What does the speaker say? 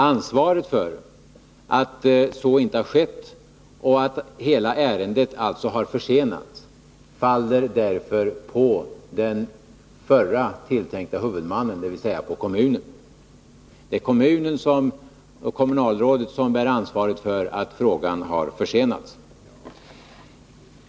Ansvaret för att så inte har skett och att hela ärendet alltså har försenats faller därför på den förre tilltänkte huvudmannen, dvs. på kommunen. Det är kommunen och kommunalrådet som bär ansvaret för att frågan har försenats.